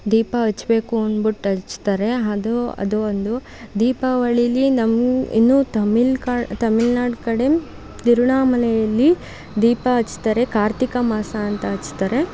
ದೀಪ ಹಚ್ಬೇಕು ಅಂದುಬಿಟ್ಟು ಹಚ್ತಾರೆ ಅದು ಅದು ಒಂದು ದೀಪಾವಳೀಲಿ ನಮ್ಮ ಇನ್ನು ತಮಿಳು ಕಾಡು ತಮಿಳುನಾಡು ಕಡೆ ತಿರುವಣ್ಣಾ ಮಲೈಯಲ್ಲಿ ದೀಪ ಹಚ್ತಾರೆ ಕಾರ್ತೀಕ ಮಾಸ ಅಂತ ಹಚ್ತಾರೆ